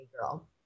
girl